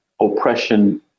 oppression